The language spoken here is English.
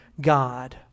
God